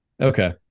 okay